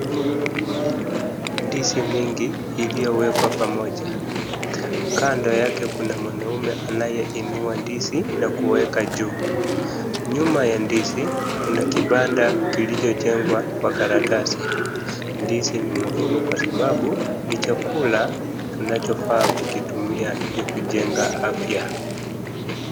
Ndizi mingi iliyowekwa pamoja, kando yake kuna mwanaume anayeinua ndizi na kuweza juu. Nyuma ya ndizi kuna kibanda kilichojengwa kwa karatasi. Ndizi ni muhimu kwa sababu ni chakula tunachofaa kukitumia ilikujenga afya.